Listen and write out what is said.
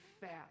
fast